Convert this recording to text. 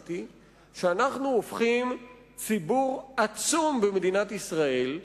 המעשית התוצאה היא שאנו הופכים ציבור עצום במדינת ישראל,